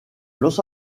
los